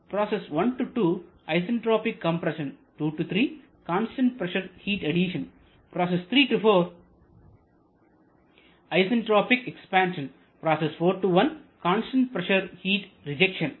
process 2 isentropic compression 2 3 constant pressure heat addition process 3 4 isentropic expansion process 4 1 constant pressure heat rejection